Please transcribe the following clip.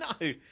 No